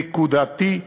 נקודתי,